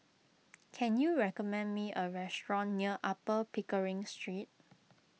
can you recommend me a restaurant near Upper Pickering Street